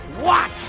watch